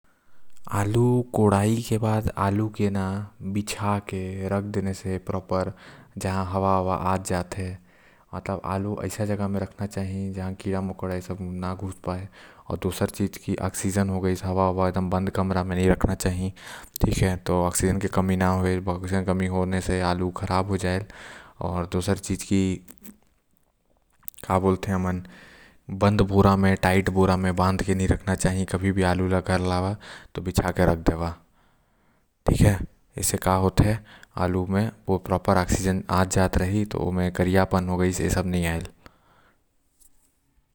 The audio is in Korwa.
कोदई के बाद आलू ल बिछा के रख देह से ओपर जहां हवा आत जात हे। आऊ आलू ऐसन जगह म रखना चाही जहां कीड़ा मकौड़ा न घुस पाएं आऊ दुसर चीज ऑक्सीजन हो गाइस हवा ओवा बंद कमरा म नि रखना चाही। ऑक्सीजन के कमी होए से आलू खराब हो जायल आऊ दुसर चीज बंद आऊ टाइट बोरा म नई रखना चाही आलू ल जेकर से ओमा करियापन न आए।